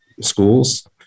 schools